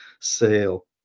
sale